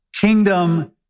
kingdom